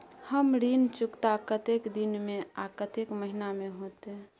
हमर ऋण चुकता कतेक दिन में आ कतेक महीना में होतै?